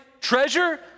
treasure